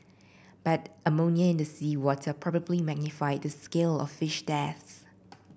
but ammonia in the seawater probably magnified the scale of fish deaths